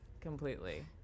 completely